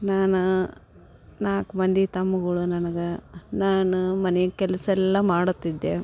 ನಾನು ನಾಲ್ಕು ಮಂದಿ ತಮ್ಗಳು ನನಗೆ ನಾನು ಮನೆ ಕೆಲ್ಸ ಎಲ್ಲ ಮಾಡುತ್ತಿದ್ದೆ